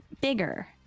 bigger